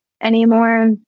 anymore